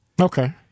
Okay